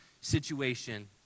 situation